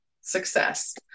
Success